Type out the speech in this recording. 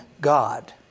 God